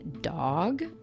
dog